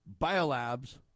biolabs